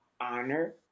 honor